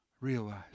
realize